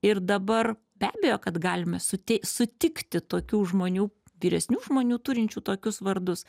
ir dabar be abejo kad galime suti sutikti tokių žmonių vyresnių žmonių turinčių tokius vardus